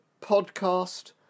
podcast